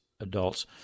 adults